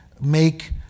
make